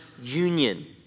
union